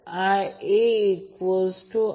तर हे दोन्ही ∆ आहे